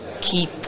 keep